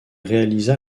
réalisa